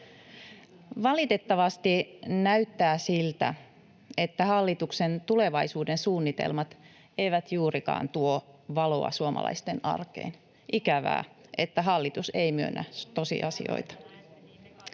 Valitettavasti näyttää siltä, että hallituksen tulevaisuudensuunnitelmat eivät juurikaan tuo valoa suomalaisten arkeen. Ikävää, että hallitus ei myönnä tosiasioita.